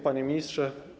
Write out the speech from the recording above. Panie Ministrze!